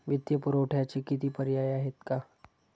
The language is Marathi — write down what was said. वित्तीय पुरवठ्याचे किती पर्याय आहेत का?